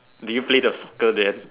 do you play the soccer then